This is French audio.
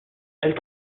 elle